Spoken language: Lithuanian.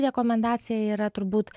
rekomendacija yra turbūt